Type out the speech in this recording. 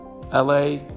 LA